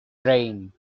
brain